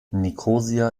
nikosia